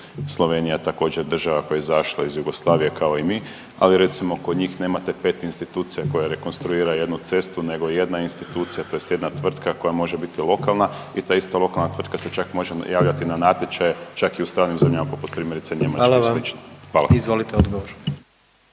Slovenija je također država koja je izašla iz Jugoslavije kao i mi, ali recimo kod njih nemate pet institucija koje rekonstruiraju jednu cestu nego jedna institucija tj. jedna tvrtka koja može biti lokalna i ta ista lokalna tvrtka se čak može javljati na natječaje, čak i u stranim zemljama primjerice poput Njemačke …/Upadica predsjednik: